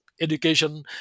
education